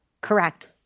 Correct